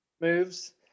moves